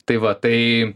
tai va tai